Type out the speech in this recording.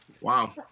Wow